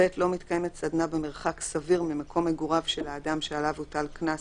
לא מתקיימת סדנה במרחק סביר ממקום מגוריו של האדם שעליו הוטל קנס